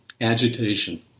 agitation